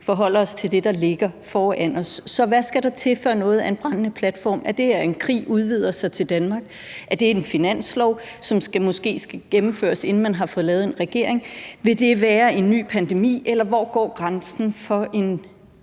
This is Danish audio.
forholder os til det, der ligger foran os. Så hvad skal der til, før noget er en brændende platform? Er det, at en krig breder sig til Danmark? Er det en finanslov, som måske skal gennemføres, inden man har fået lavet en regering? Vil det være en ny pandemi? Eller hvor går grænsen for,